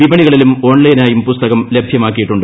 വിപണികളിലും ഓൺലൈനായും പുസ്തകം ലഭ്യമാക്കിയിട്ടുണ്ട്